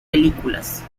películas